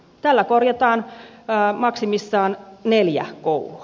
tällä korjataan maksimissaan neljä koulua